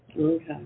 Okay